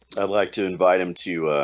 i'd like to invite him to